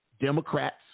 Democrats